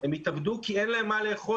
הם יתאבדו כי אין להם מה לאכול,